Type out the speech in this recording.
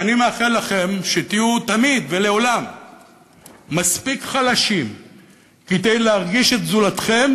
ואני מאחל לכם שתהיו תמיד ולעולם מספיק חלשים כדי להרגיש את זולתכם